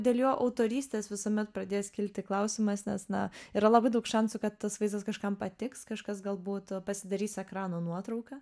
dėl jo autorystės visuomet pradės kilti klausimas nes na yra labai daug šansų kad tas vaizdas kažkam patiks kažkas galbūt pasidarys ekrano nuotrauką